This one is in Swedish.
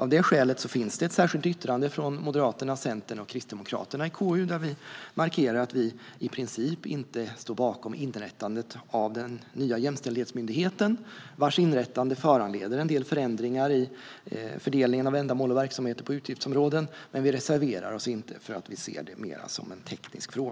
Av det skälet finns ett särskilt yttrande från Moderaterna, Centern och Kristdemokraterna i KU där vi markerar att vi i princip inte står bakom inrättandet av den nya jämställdhetsmyndigheten, vars inrättande föranleder en del förändringar i fördelningen av ändamål och verksamheter på utgiftsområden. Men vi reserverar oss inte eftersom vi ser